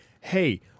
Hey